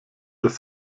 des